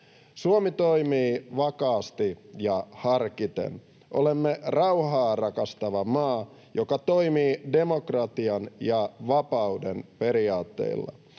Suomi toimii vakaasti ja harkiten. Olemme rauhaa rakastava maa, joka toimii demokratian ja vapauden periaatteilla.